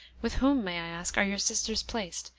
with whom, may i ask, are your sisters placed,